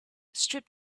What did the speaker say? strip